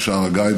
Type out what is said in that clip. בשער הגיא,